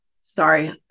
sorry